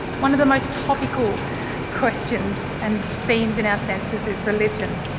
one of the most topical questions and themes in our census is religion.